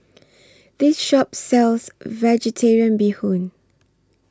This Shop sells Vegetarian Bee Hoon